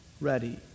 ready